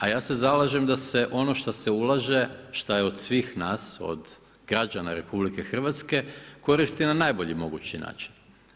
A ja se zalažem da se ono što se ulaže, šta je od svih nas od građana RH koristi na najbolji mogući način.